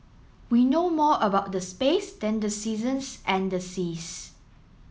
we know more about the space than the seasons and the seas